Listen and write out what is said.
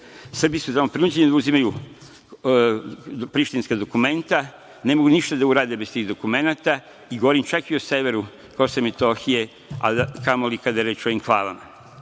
Srbi su tamo prinuđeni da uzimaju prištinska dokumenta, ne mogu ništa da urade bez tih dokumenata. Govorim čak i o severu Kosova i Metohije, a kamoli kada je reč o enklavama. Onda